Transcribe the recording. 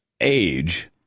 age